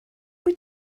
wyt